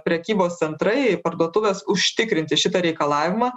prekybos centrai parduotuvės užtikrinti šitą reikalavimą